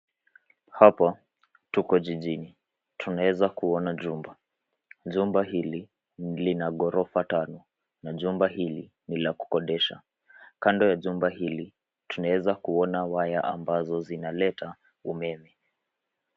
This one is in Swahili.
Hapa tuko jijini, tunaeza kuona jumba. Jumba hili lina ghorofa tano na jumba hili ni la kukodesha. Kando ya jumba hili, tunaeza kuona waya ambazo zinaleta umeme.